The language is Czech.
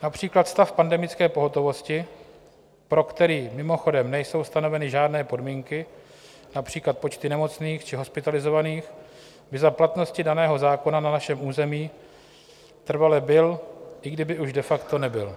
Například stav pandemické pohotovosti, pro který mimochodem nejsou stanoveny žádné podmínky, například počty nemocných či hospitalizovaných, by za platnosti daného zákona na našem území trvale byl, i kdyby už de facto nebyl.